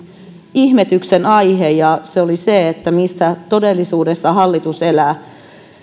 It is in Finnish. ihmetyksen aihe se oli se missä todellisuudessa hallitus elää